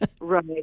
right